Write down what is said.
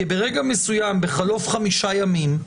כי ברגע מסוים בחלוף חמישה ימים,